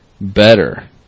better